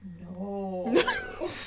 No